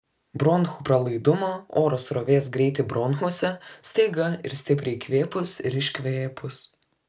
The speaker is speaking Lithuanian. bronchų pralaidumą oro srovės greitį bronchuose staiga ir stipriai įkvėpus ir iškvėpus